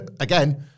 again